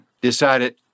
decided